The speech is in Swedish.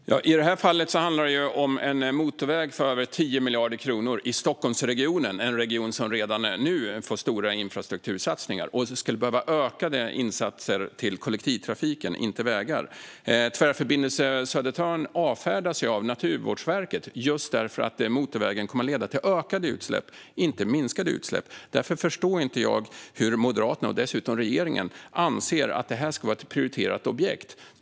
Fru talman! I det här fallet handlar det ju om en motorväg för över 10 miljarder kronor i Stockholmsregionen, en region som redan nu får stora infrastruktursatsningar och där man skulle behöva öka satsningarna på kollektivtrafiken i stället för på vägarna. Tvärförbindelse Södertörn avfärdas av Naturvårdsverket just för att motorvägen kommer att leda till ökade, inte minskade, utsläpp. Därför förstår jag inte varför Moderaterna, och dessutom regeringen, anser att detta ska vara ett prioriterat objekt.